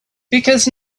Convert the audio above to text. because